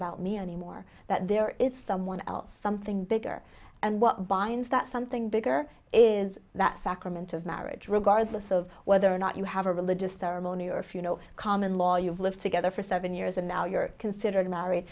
about me anymore that there is someone else something bigger and what binds that something bigger is that sacrament of marriage regardless of whether or not you have a religious ceremony or if you know common law you've lived together for seven years and now you're considered married